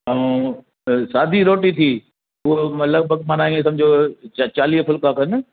ऐं त सादी रोटी थी उहो मतिलबु माना ईअं सम्झो चालीह फुलका खनि